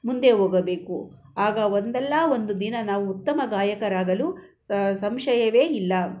ಮುಂದೆ ಹೋಗಬೇಕು ಆಗ ಒಂದಲ್ಲ ಒಂದು ದಿನ ನಾವು ಉತ್ತಮ ಗಾಯಕರಾಗಲು ಸಂಶಯವೇ ಇಲ್ಲ